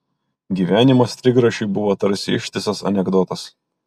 gyvenimas trigrašiui buvo tarsi ištisas anekdotas